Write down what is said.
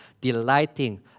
delighting